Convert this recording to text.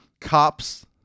Cops